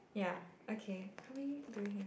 ya okay how many do you have